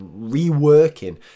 reworking